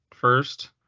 First